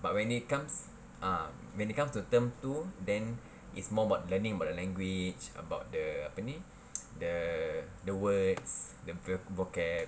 but when it comes ah when it comes to term two then it's more about learning about the language about the apa ni the the words the vocab